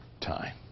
time